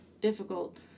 difficult